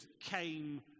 came